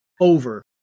over